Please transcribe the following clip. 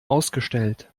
ausgestellt